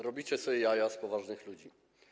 Robicie sobie jaja z poważnych ludzi.